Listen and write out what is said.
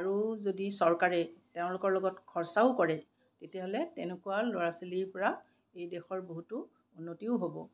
আৰু যদি চৰকাৰে তেওঁলোকৰ লগত খৰচাও কৰে তেতিয়াহ'লে তেনেকুৱা ল'ৰা ছোৱালীৰ পৰা এই দেশৰ বহুত উন্নতিও হ'ব